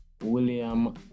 William